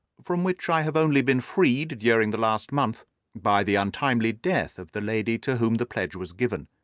from which i have only been freed during the last month by the untimely death of the lady to whom the pledge was given.